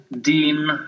Dean